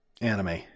Anime